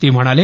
ते म्हणाले